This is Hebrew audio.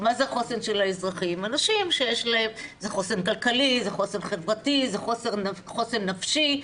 חוסן זה חוסן כלכלי, חוסר חברתי, חוסן נפשי.